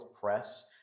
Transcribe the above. press